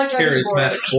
charismatic